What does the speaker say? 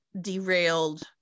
derailed